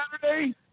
Saturday